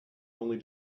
only